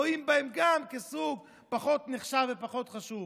רואים בהם גם סוג פחות נחשב ופחות חשוב.